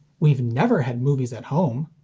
we've never had movies at home!